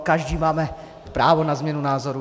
Každý máme právo na změnu názorů.